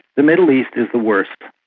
the middle east is the worst.